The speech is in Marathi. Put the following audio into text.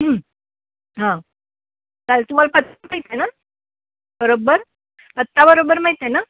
हा चालेल तुम्हाला पत्ता माहिती आहे ना बरोब्बर पत्ता बरोबर माहीत आहे ना